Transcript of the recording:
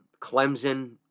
Clemson